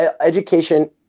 education